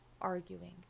arguing